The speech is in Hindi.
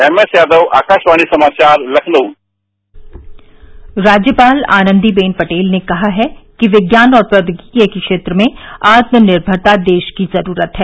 एमएस यादव आकाशवाणी समाचार लखनऊ राज्यपाल आनन्दी बेन पटेल ने कहा है कि विज्ञान और प्रोचौगिकी के क्षेत्र में आत्मनिर्भरता देश की जरूरत है